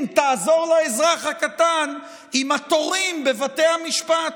תעזור לאזרח הקטן עם התורים בבתי המשפט.